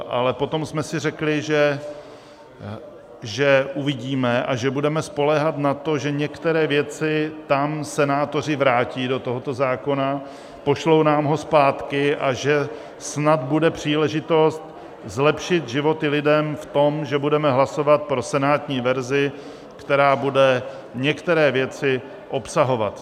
Ale potom jsme si řekli, že uvidíme a že budeme spoléhat na to, že některé věci tam senátoři vrátí do tohoto zákona, pošlou nám ho zpátky a že snad bude příležitost zlepšit životy lidem v tom, že budeme hlasovat pro senátní verzi, která bude některé věci obsahovat.